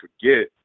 forget